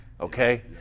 okay